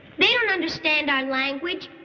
they don't understand our language.